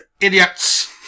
idiots